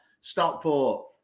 Stockport